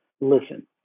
listen